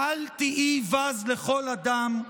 "אל תהי בז לכל אדם,